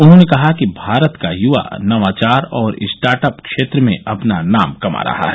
उन्होंने कहा कि भारत का युवा नवाचार और स्टार्ट अप क्षेत्र में अपना नाम कमा रहा है